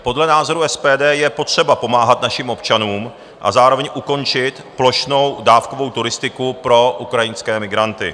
Podle názoru SPD je potřeba pomáhat našim občanům a zároveň ukončit plošnou dávkovou turistiku pro ukrajinské migranty.